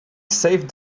saved